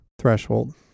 threshold